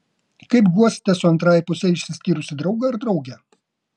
kaip guosite su antrąja puse išsiskyrusį draugą ar draugę